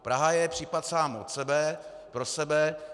Praha je případ sám pro sebe.